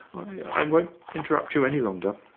i won't interrupt you any longer.